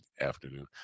afternoon